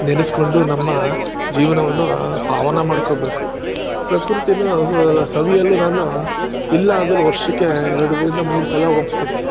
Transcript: ನೆನಸ್ಕೊಂಡು ನಮ್ಮ ಜೀವನವನ್ನು ಪಾವನ ಮಾಡ್ಕೊಬೇಕು ಪ್ರಕೃತಿಯನ್ನು ಸವಿಯಲು ನಾನು ಇಲ್ಲ ಅಂದರೂ ವರ್ಷಕ್ಕೆ ಎರಡರಿಂದ ಮೂರು ಸಲ ಹೋಗ್ತೀವಿ